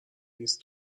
نیست